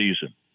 season